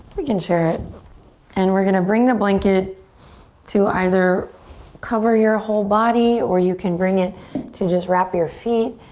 we can share it and we're gonna bring the blanket to either cover your whole body or you can bring it to just wrap your feet.